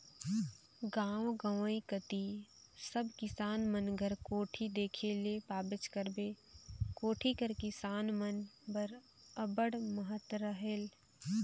गाव गंवई कती सब किसान मन घर कोठी देखे ले पाबेच करबे, कोठी कर किसान मन बर अब्बड़ महत रहेल